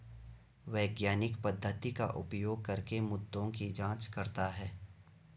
वैज्ञानिक पद्धति का उपयोग करके मुद्दों की जांच करता है